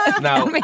Now